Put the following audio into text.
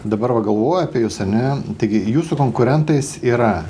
dabar va galvoju apie jus ane taigi jūsų konkurentais yra